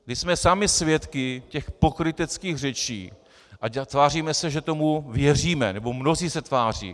My jsme sami svědky těch pokryteckých řečí a tváříme se, že tomu věříme, nebo mnozí se tváří.